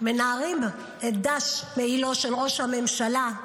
מנערים את דש מעילו של ראש הממשלה,